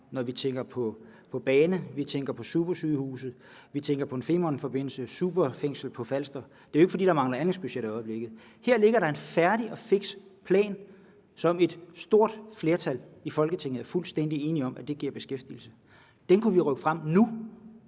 når vi tænker på jernbane, supersygehuse, en Femernforbindelsen, et superfængsel på Falster. Det er jo ikke, fordi der mangler anlægsprojekter i øjeblikket. Her ligger der en færdig og fiks plan, som et stort flertal i Folketinget er fuldstændig enig om giver beskæftigelse. Den kunne vi rykke frem,